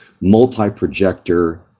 multi-projector